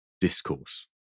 discourse